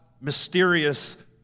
mysterious